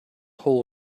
hole